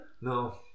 no